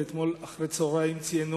ואתמול אחרי הצהריים ציינו